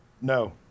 No